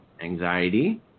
anxiety